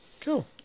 cool